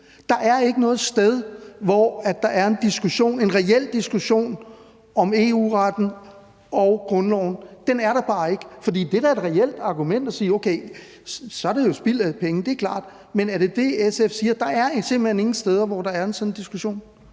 at der ikke er noget sted, hvor der er en diskussion, en reel diskussion om EU-retten og grundloven, altså at den er der bare ikke? For det er da et reelt argument at sige det, og så er det jo spild af penge; det er klart. Men er det det, man i SF siger, altså at der simpelt hen ikke er nogen steder, hvor der er sådan en diskussion?